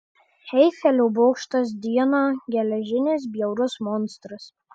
eifelio bokštas dieną geležinis bjaurus monstras